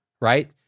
right